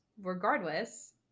regardless